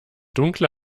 dunkle